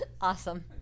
awesome